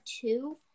two